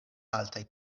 altaj